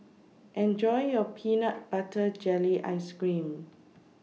Enjoy your Peanut Butter Jelly Ice Cream